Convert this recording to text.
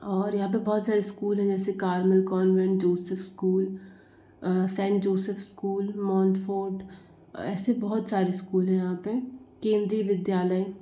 और यहाँ पर बहुत सारी स्कूल है जैसे Carmel convent Joseph school saint Joseph school Montfort ऐसे बहुत सारे स्कूल हैं यहाँ पर केंद्रीय विद्यालय